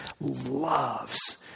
loves